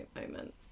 moment